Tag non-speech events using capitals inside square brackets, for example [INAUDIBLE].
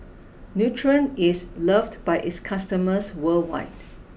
[NOISE] Nutren is loved by its customers worldwide